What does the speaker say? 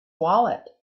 wallet